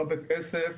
לא בכסף